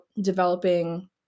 developing